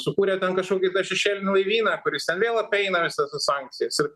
sukūrė ten kažkokį šešėlinį laivyną kuris ten vėl apeina visas tas sankcijas ir